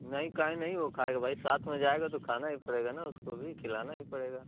नहीं काहे नहीं उ खाएगा भाई साथ में जाएगा तो खाना भी पड़ेगा न उसको भी खिलाना ही पड़ेगा